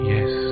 Yes